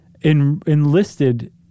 enlisted